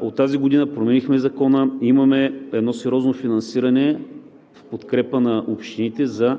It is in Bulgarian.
От тази година променихме Закона, имаме едно сериозно финансиране в подкрепа на общините за